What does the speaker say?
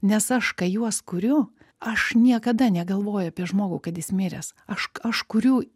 nes aš kai juos kuriu aš niekada negalvoju apie žmogų kad jis miręs aš aš kuriu